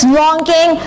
longing